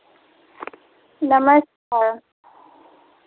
नमस्कार